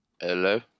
Hello